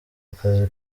akazi